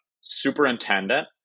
superintendent